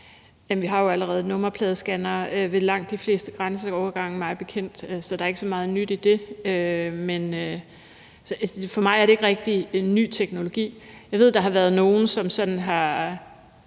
bekendt jo allerede nummerpladescannere ved langt de fleste grænseovergange, så der er ikke så meget nyt i det. For mig er det ikke rigtig en ny teknologi. Jeg ved, at der har været nogle, som sådan har